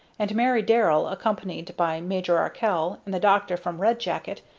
and mary darrell, accompanied by major arkell and the doctor from red jacket,